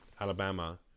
Alabama